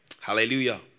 Hallelujah